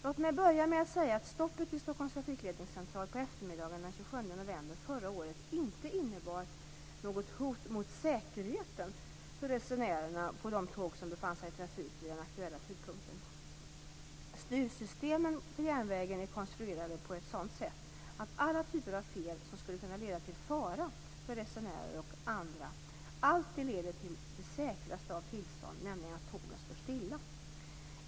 Låt mig börja med att säga att stoppet i Stockholms trafikledningscentral på eftermiddagen den 27 november förra året inte innebar något hot mot säkerheten för resenärerna på de tåg som befann sig i trafik vid den aktuella tidpunkten. Styrsystemen för järnvägen är konstruerade på ett sådant sätt att alla typer av fel som skulle kunna leda till fara för resenärer och andra alltid leder till det säkraste av tillstånd, nämligen att tågen står stilla.